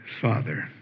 father